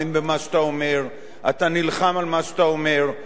אתה נלחם על מה שאתה אומר ואתה רוצה שיהיה לך חופש